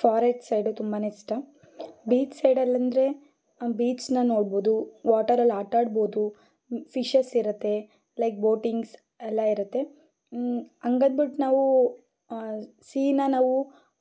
forest side ತುಂಬಾ ಇಷ್ಟ beach ಸೈಡಲ್ಲಂದರೆ ಬೀಚನ್ನು ನೋಡ್ಬೋದು ವಾಟರಲ್ಲಿ ಆಟಾಡ್ಬೋದು ಫಿಶಸ್ ಇರತ್ತೆ ಲೈಕ್ ಬೋಟಿಂಗ್ಸ್ ಎಲ್ಲ ಇರತ್ತೆ ಹಂಗಂದ್ಬಿಟ್ಟು ನಾವು ಸೀನ ನಾವು